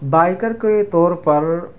biker کے طور پر